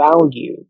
value